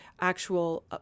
actual